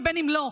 ובין שלא.